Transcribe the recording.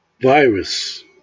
virus